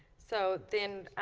so then